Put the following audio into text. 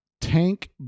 Tank